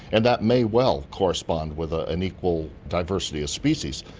and that may well correspond with ah an equal diversity of species,